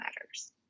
matters